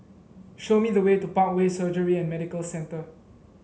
show me the way to Parkway Surgery and Medical Centre